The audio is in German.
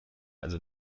also